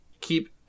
Keep